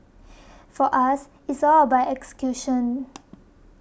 for us it's all about execution